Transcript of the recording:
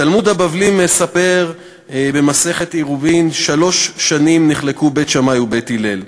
התלמוד הבבלי מספר במסכת עירובין: "שלוש שנים נחלקו בית שמאי ובית הלל.